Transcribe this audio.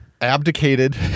abdicated